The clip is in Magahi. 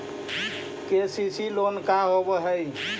के.सी.सी लोन का होब हइ?